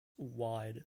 wide